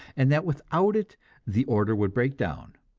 and that without it the order would break down.